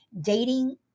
dating